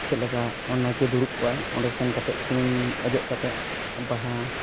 ᱪᱮᱫᱞᱮᱠᱟ ᱫᱩᱲᱩᱵ ᱠᱚᱜᱼᱟᱭ ᱚᱸᱰᱮ ᱥᱮᱱ ᱠᱟᱛᱮᱫ ᱥᱩᱱᱩᱢ ᱚᱡᱚᱜ ᱠᱟᱛᱮᱫ ᱵᱟᱦᱟ